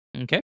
Okay